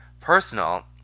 personal